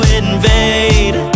invade